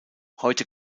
heute